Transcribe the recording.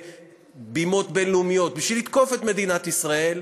לבמות בין-לאומיות בשביל לתקוף את מדינת ישראל,